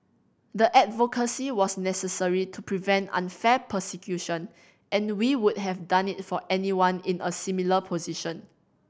the advocacy was necessary to prevent unfair persecution and we would have done it for anyone in a similar position